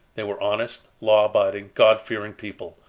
they were honest, law-abiding, god-fearing people,